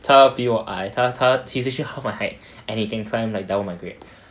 他比我矮他他只是 half my height and he can climb like double my grade